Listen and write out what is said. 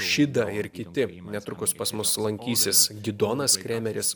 šida ir kiti netrukus pas mus lankysis gidonas kremeris